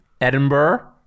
Edinburgh